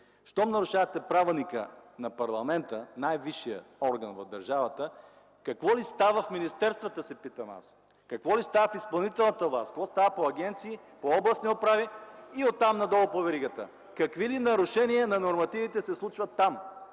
Щом нарушавате правилника на парламента, най-висшият орган в държавата, какво ли става в министерствата, се питам аз? Какво ли става в изпълнителната власт, какво става по агенции, по областни управи и оттам надолу по веригата? Какви ли нарушения на нормативите се случват там?